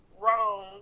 wrong